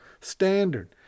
standard